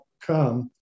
come